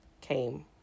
came